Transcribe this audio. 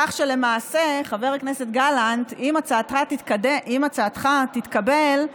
כך שלמעשה, חבר הכנסת גלנט, אם הצעתך תתקבל,